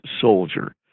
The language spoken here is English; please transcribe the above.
soldier